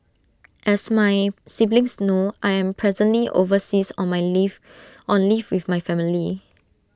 as my siblings know I am presently overseas on my leave on leave with my family